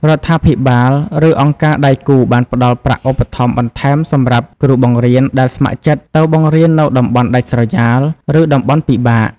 រដ្ឋាភិបាល ឬអង្គការដៃគូបានផ្តល់ប្រាក់ឧបត្ថម្ភបន្ថែមសម្រាប់គ្រូបង្រៀនដែលស្ម័គ្រចិត្តទៅបង្រៀននៅតំបន់ដាច់ស្រយាល ឬតំបន់ពិបាក។